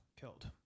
Killed